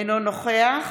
אינו נוכח